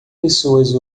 pessoas